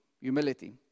humility